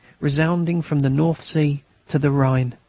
resounding from the north sea to the rhine.